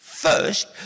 first